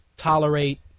tolerate